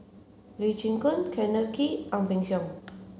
Lee Chin Koon Kenneth Kee Ang Peng Siong